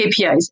KPIs